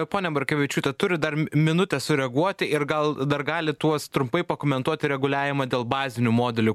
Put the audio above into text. ponia markevičiūte turit dar minutę sureaguoti ir gal dar galit tuos trumpai pakomentuoti reguliavimą dėl bazinių modelių